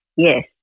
Yes